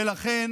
ולכן,